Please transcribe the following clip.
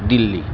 Delhi